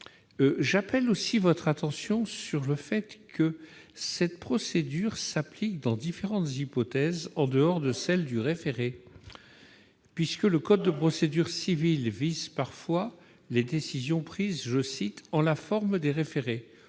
J'appelle aussi votre attention sur le fait que cette procédure s'applique dans différentes hypothèses en dehors de celle du référé, puisque le code de procédure civile vise parfois les décisions prises « en la forme des référés »